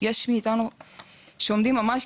יש מאתנו שעומדים ממש,